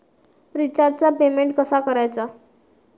रिचार्जचा पेमेंट कसा करायचा?